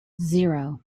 zero